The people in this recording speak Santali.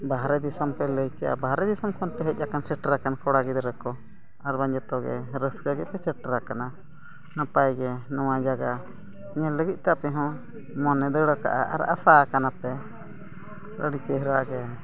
ᱵᱟᱦᱨᱮ ᱫᱤᱥᱚᱢ ᱯᱮ ᱞᱟᱹᱭ ᱠᱮᱜᱼᱟ ᱵᱟᱦᱨᱮ ᱫᱤᱥᱚᱢ ᱠᱷᱚᱱ ᱯᱮ ᱦᱮᱡ ᱥᱮᱴᱮᱨ ᱟᱠᱟᱱ ᱠᱚᱲ ᱜᱤᱫᱽᱨᱟᱹ ᱠᱚ ᱟᱨᱵᱟᱝ ᱡᱚᱛᱚᱜᱮ ᱨᱟᱹᱥᱠᱟᱹ ᱜᱮᱯᱮ ᱥᱮᱴᱮᱨ ᱟᱠᱟᱱᱟ ᱱᱟᱯᱟᱭ ᱜᱮ ᱱᱚᱣᱟ ᱡᱟᱭᱜᱟ ᱧᱮᱞ ᱞᱟᱹᱜᱤᱫᱛᱮ ᱟᱯᱮᱦᱚᱸ ᱢᱚᱱᱮ ᱫᱟᱹᱲ ᱟᱠᱟᱜᱼᱟ ᱟᱨ ᱟᱥᱟ ᱠᱟᱱᱟᱯᱮ ᱟᱹᱰᱤ ᱪᱮᱦᱨᱟᱜᱮ